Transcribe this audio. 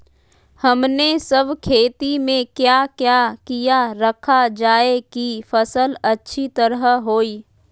हमने सब खेती में क्या क्या किया रखा जाए की फसल अच्छी तरह होई?